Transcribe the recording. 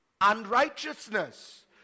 unrighteousness